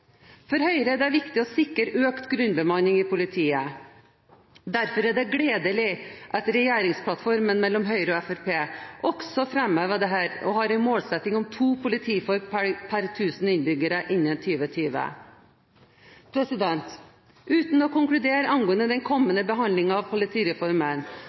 For Høyre er det viktig å sikre økt grunnbemanning i politiet. Derfor er det gledelig at regjeringsplattformen til Høyre og Fremskrittspartiet også framhever dette, og har en målsetting om to politifolk per 1000 innbyggere innen 2020. Uten å konkludere angående den kommende behandlingen av politireformen